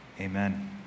amen